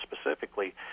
specifically